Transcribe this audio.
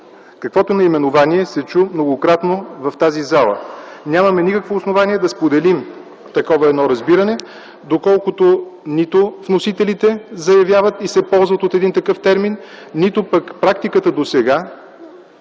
каквото наименование се чу многократно в тази зала. Нямаме никакво основание да споделим такова едно разбиране, доколкото нито вносителите заявяват и се ползват от един такъв термин, нито пък практиката досега